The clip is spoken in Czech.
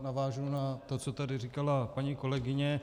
Navážu na to, co tady říkala paní kolegyně.